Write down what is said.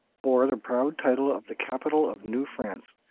bore the proud title of the capital of new france.